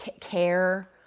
Care